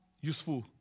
useful